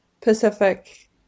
Pacific